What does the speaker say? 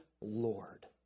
Lord